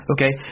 Okay